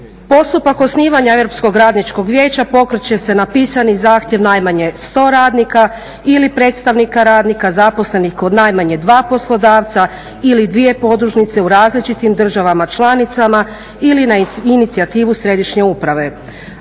Postupak osnivanja Europskog radničkog vijeća pokreće se na pisani zahtjev najmanje 100 radnika ili predstavnika radnika zaposlenih kod najmanje dva poslodavca ili dvije podružnice u različitim državama članicama ili na inicijativu središnje uprave.